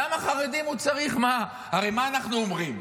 הרי מה אנחנו אומרים?